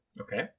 Okay